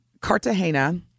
Cartagena